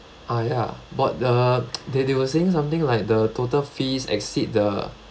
ah ya but uh they they were saying something like the total fees exceed the